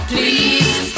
Please